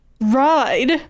ride